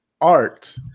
Art